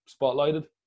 spotlighted